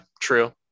true